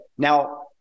Now